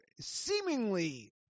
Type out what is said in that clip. seemingly